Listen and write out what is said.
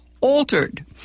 altered